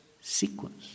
sequence